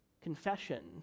Confession